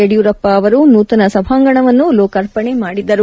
ಯಡಿಯೂರಪ್ಪ ಅವರು ನೂತನ ಸಭಾಂಗಣವನ್ನು ಲೋಕಾರ್ಪಣೆ ಮಾಡಿದರು